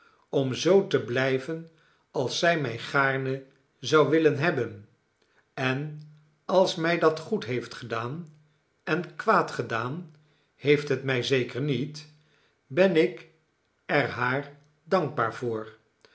om zoo te biijven als zij mij gaarne zou willen hebben en als mij dat goed heeft gedaan en kwaad gedaan heeft het mij zeker niet ben ik er haar dankbaar voor